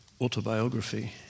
autobiography